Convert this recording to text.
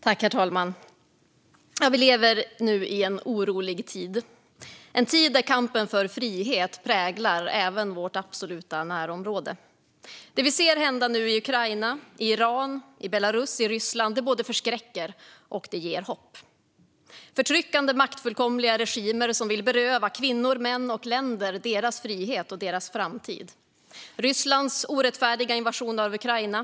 Herr talman! Vi lever nu i en orolig tid, en tid där kampen för frihet präglar även vårt absoluta närområde. Det vi nu ser hända i Ukraina, i Iran, i Belarus och i Ryssland både förskräcker och ger hopp. Det är förtryckande maktfullkomliga regimer som vill beröva kvinnor, män och länder deras frihet och deras framtid. Det är Rysslands orättfärdiga invasion av Ukraina.